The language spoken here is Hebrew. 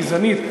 גזענית,